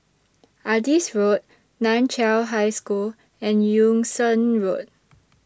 Adis Road NAN Chiau High School and Yung Sheng Road